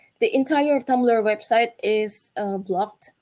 the entire tumblr website is blocked,